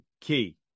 Key